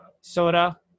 soda